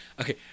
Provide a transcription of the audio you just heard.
Okay